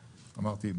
אמרתי,